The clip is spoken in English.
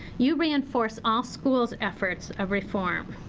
you reinforce all school's efforts of reform.